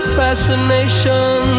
fascination